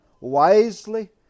wisely